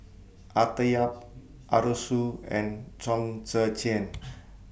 Arthur Yap Arasu and Chong Tze Chien